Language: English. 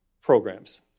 programs